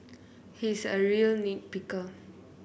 he is a real nit picker